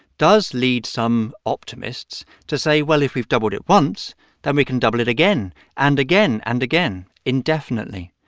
does lead some optimists to say, well, if we've doubled it once then we can double it again and again and again, indefinitely.